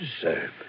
sir